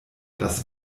das